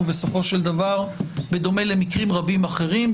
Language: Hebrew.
ובסופו של דבר בדומה למקרים רבים אחרים,